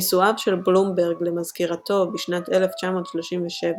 נישואיו של בלומברג למזכירתו, בשנת 1937,